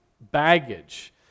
baggage